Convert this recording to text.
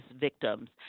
Victims